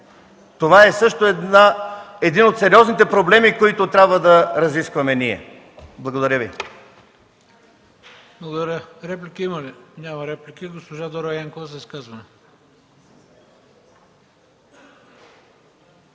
Това е също един от сериозните проблеми, които трябва да разискваме ние. Благодаря Ви.